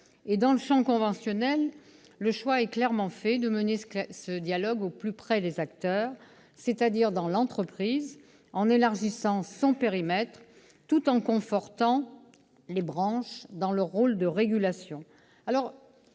Dans le champ conventionnel, le choix est clairement fait de mener ce dialogue au plus près des acteurs, c'est-à-dire dans l'entreprise, en élargissant son périmètre tout en confortant le rôle de régulation